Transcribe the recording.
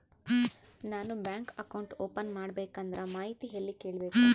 ನಾನು bank account open ಮಾಡಬೇಕಂದ್ರ ಮಾಹಿತಿ ಎಲ್ಲಿ ಕೇಳಬೇಕು?